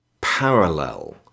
parallel